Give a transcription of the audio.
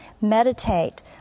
meditate